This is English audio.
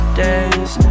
days